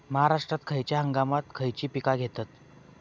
महाराष्ट्रात खयच्या हंगामांत खयची पीका घेतत?